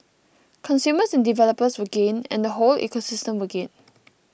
consumers and developers will gain and whole ecosystem will gain